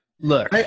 look